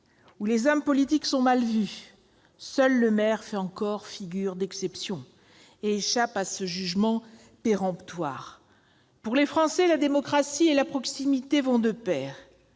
où les hommes politiques sont mal vus, seul le maire fait encore figure d'exception et échappe aux jugements péremptoires. Pour les Français, la démocratie et la proximité vont de pair.